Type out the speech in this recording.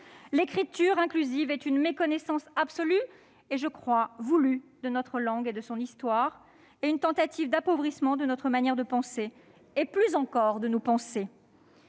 !... elle est une méconnaissance absolue et, je crois, voulue de notre langue et de son histoire, une tentative d'appauvrissement de notre manière de penser et, plus encore, de nous penser.